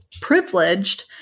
privileged